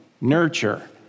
nurture